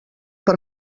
per